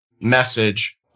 message